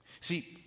See